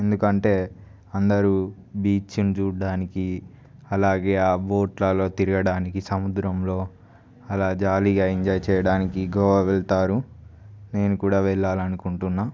ఎందుకంటే అందరూ బీచ్ని చూడడానికి అలాగే ఆ బోట్లల్లో తిరగడానికి సముద్రంలో అలా జాలీగా ఎంజాయ్ చేయడానికి గోవా వెళ్తారు నేను కూడా వెళ్ళాలనుకుంటున్నా